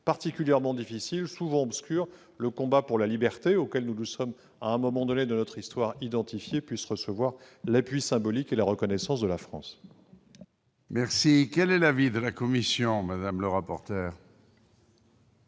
particulièrement difficiles, souvent obscures, le combat pour la liberté, auquel nous nous sommes, à un moment de notre histoire, identifiés, puissent recevoir l'appui symbolique et la reconnaissance de la France.